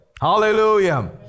Hallelujah